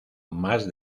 más